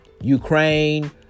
Ukraine